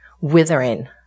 withering